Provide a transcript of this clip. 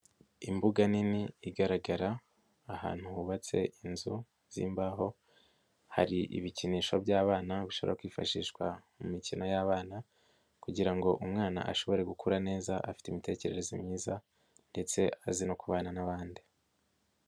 Imbuga nini igaragara, ahantu hubatse inzu z'imbaho, hari ibikinisho by'abana bishobora kwifashishwa mu mikino y'abana kugira ngo umwana ashobore gukura neza afite imitekerereze myiza ndetse azi no kubana n'abandi.